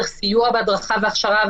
הוא דורש סיוע בהדרכה והכשרה,